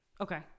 Okay